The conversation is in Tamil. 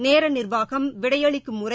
நேர நிர்வாகம் விடையளிக்கும் முறை